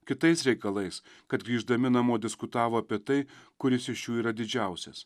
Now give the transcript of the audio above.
kitais reikalais kad grįždami namo diskutavo apie tai kuris iš jų yra didžiausias